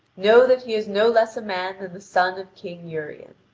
know that he is no less a man than the son of king urien.